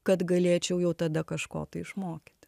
kad galėčiau jau tada kažko tai išmokyti